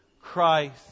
Christ